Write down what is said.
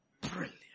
brilliant